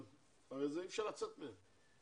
הרי אי אפשר לצאת מהם.